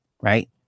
Right